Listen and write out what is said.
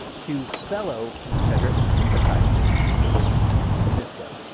two fellow confederate sympathizers living in san francisco.